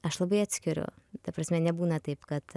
aš labai atskiriu ta prasme nebūna taip kad